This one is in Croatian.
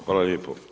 Hvala lijepo.